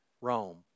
Rome